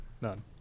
None